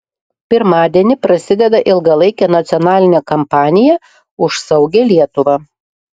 pirmadienį prasideda ilgalaikė nacionalinė kampanija už saugią lietuvą